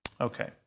Okay